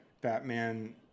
Batman